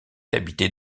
habitée